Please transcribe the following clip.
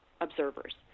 observers